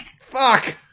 Fuck